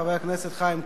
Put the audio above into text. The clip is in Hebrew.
חבר הכנסת חיים כץ,